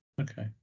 Okay